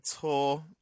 tour